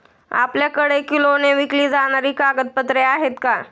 आपल्याकडे किलोने विकली जाणारी कागदपत्रे आहेत का?